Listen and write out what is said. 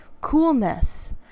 coolness